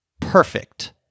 Perfect